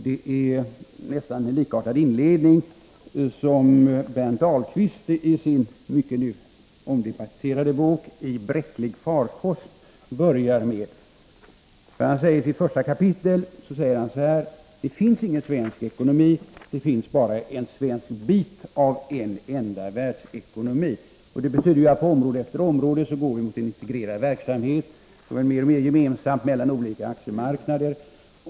Det är nästan samma inledning som Berndt Ahlqvist har i sin mycket omdebatterade bok ”i Bräcklig farkost”. Första kapitlet i denna bok börjar med: ”Det finns ingen svensk ekonomi. Det finns bara en svensk bit av en enda världsekonomi.” Det betyder att vi på område efter område går mot en integrerad verksamhet med mer och mer gemensamt mellan olika aktiemarknader.